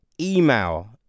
email